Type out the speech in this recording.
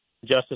Justice